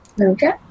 Okay